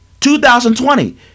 2020